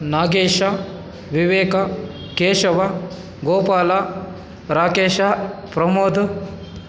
Nagesha Vivek Keshav Gopal Rakesh Pramoda